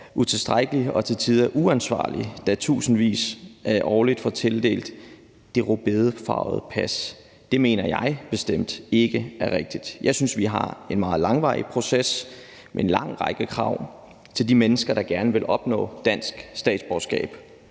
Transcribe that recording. utilstrækkelig og til tider uansvarlig, da tusindvis årligt for tildelt det rødbedefarvede pas. Det mener jeg bestemt ikke er rigtigt. Jeg synes, at vi har en meget langvarig proces med en lang række krav til de mennesker, der gerne vil opnå dansk statsborgerskab.